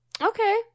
Okay